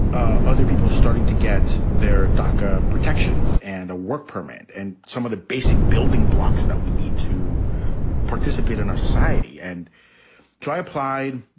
ah other people starting to get their daca protections and a work permit and some of the basic building blocks that we need to participate in our society and try applied.